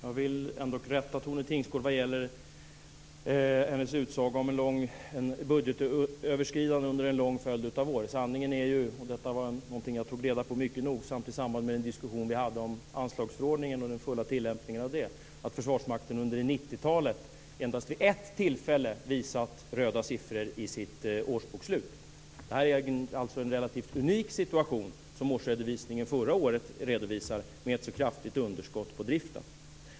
Fru talman! Jag vill rätta Tone Tingsgård vad gäller hennes utsaga om budgetöverskridande under en lång följd av år. Sanningen är ju, och detta var någonting jag tog reda på mycket nogsamt i samband med den diskussion vi hade om anslagsförordningen och den fulla tillämpningen av den, att Försvarsmakten under 90-talet endast vid ett tillfälle visat röda siffror i sitt årsbokslut. Det är alltså en relativt unik situation som årsredovisningen förra året visar, med ett så kraftigt underskott i driften.